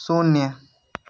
शून्य